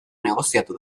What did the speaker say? negoziatu